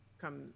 come